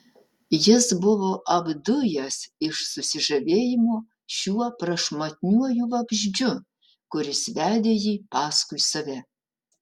jis buvo apdujęs iš susižavėjimo šiuo prašmatniuoju vabzdžiu kuris vedė jį paskui save